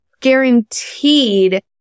guaranteed